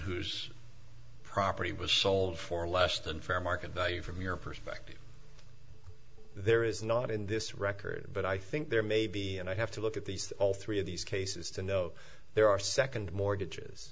whose property was sold for less than fair market value from your perspective there is not in this record but i think there may be and i have to look at these all three of these cases to know there are second mortgages